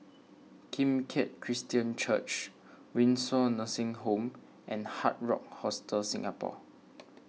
Kim Keat Christian Church Windsor Nursing Home and Hard Rock Hostel Singapore